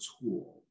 tool